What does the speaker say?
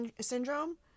syndrome